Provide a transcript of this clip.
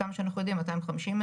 הכשרה בבריאות הנפש.